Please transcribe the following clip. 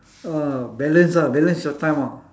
uh balance ah balance your time ah